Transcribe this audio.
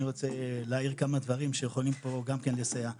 אני רוצה להעיר כמה דברים שיכולים גם כן לסייע פה: